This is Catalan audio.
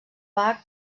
bac